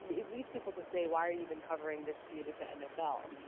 it leads people to say, why are you even covering this feud with the nfl.